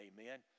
amen